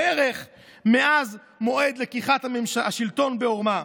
בערך מאז מועד לקיחת השלטון בעורמה,